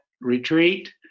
retreat